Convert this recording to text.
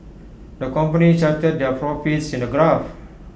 the company charted their profits in A graph